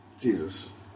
Jesus